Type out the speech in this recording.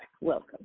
Welcome